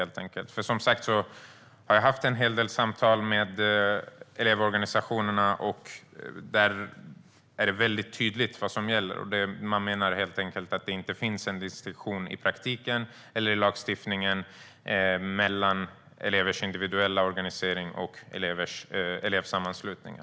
Jag har som sagt haft en hel del samtal med elevorganisationerna, och där är det väldigt tydligt vad som gäller: Man menar att det i praktiken inte finns någon distinktion i lagstiftningen mellan elevers individuella organisering och elevsammanslutningar.